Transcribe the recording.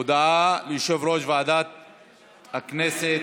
הודעה ליושב-ראש ועדת הכנסת,